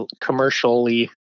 commercially